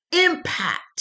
impact